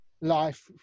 life